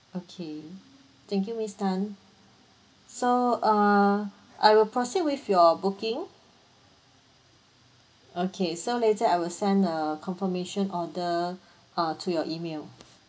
okay thank you miss tan so err I will proceed with your booking okay so later I will send a confirmation order uh to your E-mail